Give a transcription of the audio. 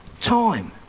time